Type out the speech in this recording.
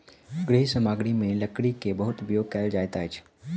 गृह सामग्री में लकड़ी के बहुत उपयोग कयल जाइत अछि